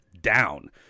down